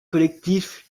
collectifs